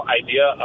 idea